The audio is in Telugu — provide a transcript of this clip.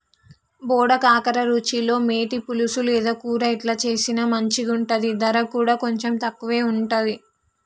బోడ కాకర రుచిలో మేటి, పులుసు లేదా కూర ఎట్లా చేసిన మంచిగుంటది, దర కూడా కొంచెం ఎక్కువే ఉంటది